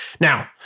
Now